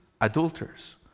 adulterers